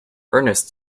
ernest